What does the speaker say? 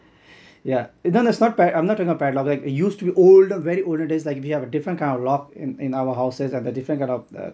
yeah no no it's not pad~ I'm not talking about padlock it used to be old very olden days is like they have a different kind of lock in in our houses and the different kind of uh